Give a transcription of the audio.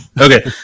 Okay